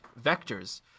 vectors